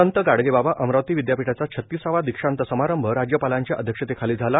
संत गाडगेबाबा अमरावती विदयापीठाचा छतिसावा दीक्षांत समारंभ राज्यपालांच्या अध्यक्षतेखाली झाला